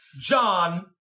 John